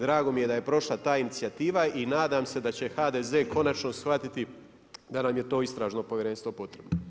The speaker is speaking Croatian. Drago mi je da je prošla ta inicijativa i nadam se da će HDZ konačno shvatiti da nam je to istražno povjerenstvo potrebno.